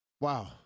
Wow